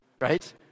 right